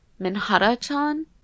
minhara-chan